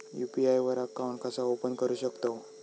UPI वर account कसा open करू शकतव?